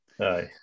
Aye